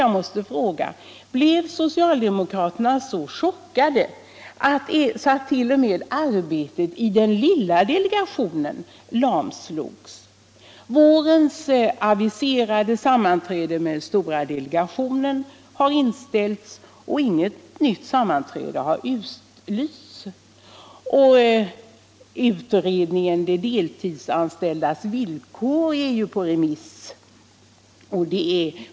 Jag måste fråga om socialdemokraterna blev så chockade att t.o.m. arbetet i den lilla delegationen lamslogs. Vårens aviserade sammanträde med den stora delegationen har inställts och inget nytt sammanträde har utlysts. Utredningen om de deltidsanställdas villkor är på remiss.